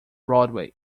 broadway